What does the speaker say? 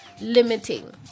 limiting